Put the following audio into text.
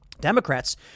Democrats